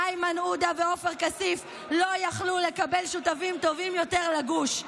איימן עודה ועופר כסיף לא יכלו לקבל שותפים טובים יותר לגוש.